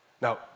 Now